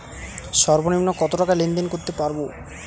সর্বনিম্ন কত টাকা লেনদেন করতে পারবো?